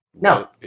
No